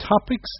topics